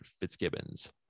fitzgibbons